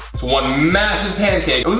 one massive pancake.